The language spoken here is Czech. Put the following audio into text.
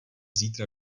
zítra